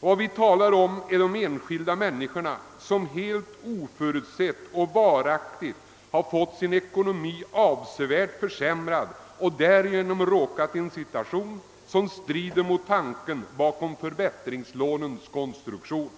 Vad vi talat om är de enskilda människor som helt oförutsett och varaktigt fått sin ekonomi avsevärt försämrad och därigenom hamnat i en situation som strider mot tanken bakom förbättringslånens konstruktion.